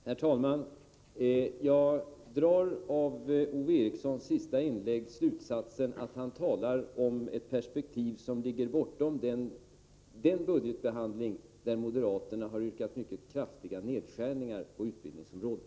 Herr talman! Jag drar av Ove Erikssons sista inlägg slutsatsen att Ove Eriksson talar om ett perspektiv som ligger bortom den budgetbehandling där moderaterna har yrkat mycket kraftiga nedskärningar på utbildningsområdet.